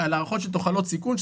על הערכות של תוחלות סיכון,